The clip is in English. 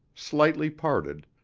slightly parted,